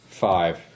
Five